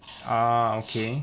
ah okay